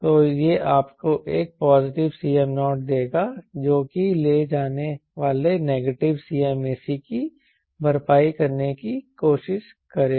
तो यह आपको एक पॉजिटिव Cm0 देगा जो कि ले जाने वाले नेगेटिव Cmac की भरपाई करने की कोशिश करेगा